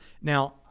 Now